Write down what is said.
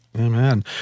Amen